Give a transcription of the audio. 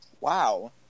Wow